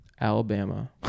Alabama